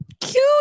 Cute